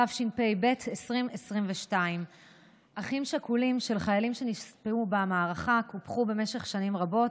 התשפ"ב 2022. אחים שכולים של חיילים שנספו במערכה קופחו במשך שנים רבות